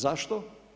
Zašto?